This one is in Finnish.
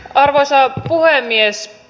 arvoisa puhemies